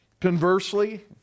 Conversely